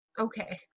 Okay